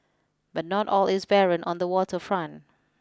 but not all is barren on the water front